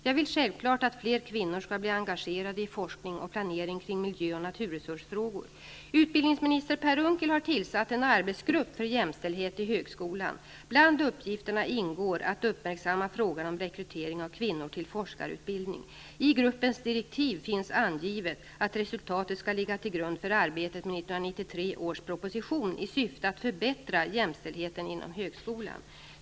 Jag vill självklart att fler kvinnor skall bli engagerade i forskning och planering kring miljöoch naturresursfrågor. Utbildningsminister Per Unckel har tillsatt en arbetsgrupp för jämställdhet i högskolan. Bland uppgifterna ingår att uppmärksamma frågan om rekrytering av kvinnor till forskarutbildning. I gruppens direktiv finns angivet att resultatet skall ligga till grund för arbetet med 1993 års proposition i syfte att förbättra jämställdheten inom högskolan.